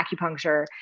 acupuncture